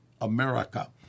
America